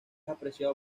apreciado